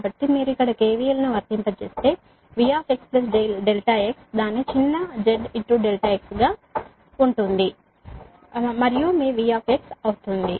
కాబట్టి మీరు ఇక్కడ KVL ను వర్తింపజేస్తే V x ∆x దాని చిన్న Z ∆x గా ఉంటుంది మరియు మీ V అవుతుంది